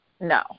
No